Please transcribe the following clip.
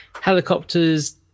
helicopters